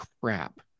crap